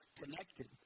connected